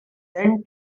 then